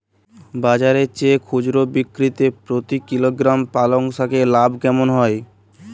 বাজারের চেয়ে খুচরো বিক্রিতে প্রতি কিলোগ্রাম পালং শাকে লাভ কেমন হয়?